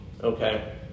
okay